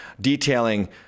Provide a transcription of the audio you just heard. detailing